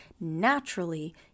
naturally